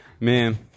Man